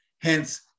Hence